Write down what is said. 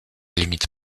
limite